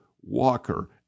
Walker